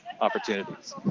opportunities